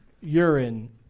urine